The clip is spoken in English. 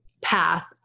path